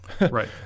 right